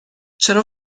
چرا